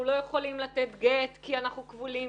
אנחנו לא יכולים לתת גט כי אנחנו כבולים,